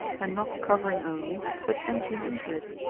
and not covering only, but entering into it.